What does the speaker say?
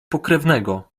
pokrewnego